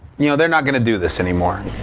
you know. they're not going to do this anymore.